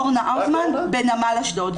יש את אורנה ארזמן בנמל אשדוד.